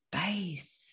space